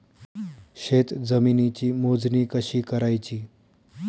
शेत जमिनीची मोजणी कशी करायची?